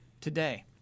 Today